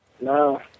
No